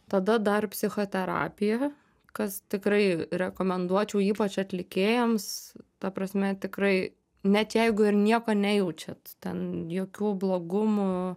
tada dar psichoterapija kas tikrai rekomenduočiau ypač atlikėjams ta prasme tikrai net jeigu ir nieko nejaučiat ten jokių blogumų